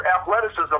athleticism